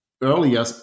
earlier